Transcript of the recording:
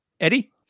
Eddie